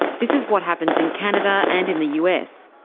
this is what happens in canada and in the us.